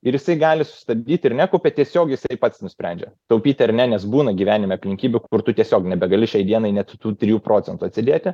ir jisai gali susistabdyti ir nekaupia tiesiog jisai pats nusprendžia taupyti ar ne nes būna gyvenime aplinkybių kur tu tiesiog nebegali šiai dienai net tų trijų procentų atsidėti